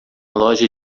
loja